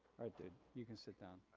alright dude, you can sit down.